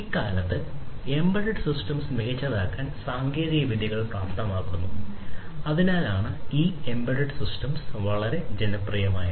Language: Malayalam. ഇക്കാലത്ത് എംബെഡെഡ് സിസ്റ്റംസ് മികച്ചതാക്കാനുള്ള സാങ്കേതികവിദ്യകൾ പ്രാപ്തമാക്കുന്നു അതിനാലാണ് ഈ എംബെഡെഡ് സിസ്റ്റംസ് വളരെ ജനപ്രിയമായത്